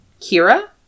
Kira